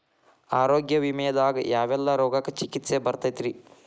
ಆರೋಗ್ಯ ವಿಮೆದಾಗ ಯಾವೆಲ್ಲ ರೋಗಕ್ಕ ಚಿಕಿತ್ಸಿ ಬರ್ತೈತ್ರಿ?